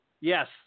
Yes